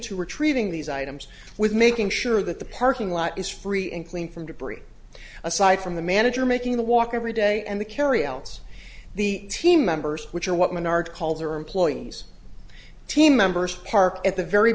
to retrieving these items with making sure that the parking lot is free and clean from debris aside from the manager making the walk every day and the carry else the team members which are what menard calls are employees team members parked at the very